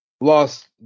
lost